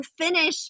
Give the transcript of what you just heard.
finish